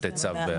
לתת צו?